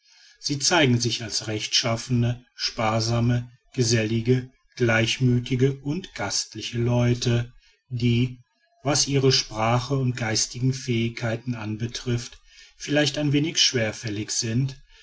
sie zeigen sich als rechtschaffene sparsame gesellige gleichmüthige und gastliche leute die was ihre sprache und geistigen fähigkeiten anbetrifft vielleicht ein wenig schwerfällig sind